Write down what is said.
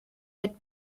had